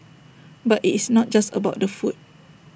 but IT is not just about the food